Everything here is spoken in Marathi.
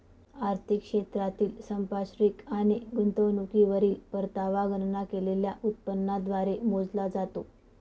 आर्थिक क्षेत्रातील संपार्श्विक आणि गुंतवणुकीवरील परतावा गणना केलेल्या उत्पन्नाद्वारे मोजला जातो